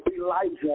Elijah